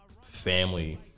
family